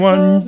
One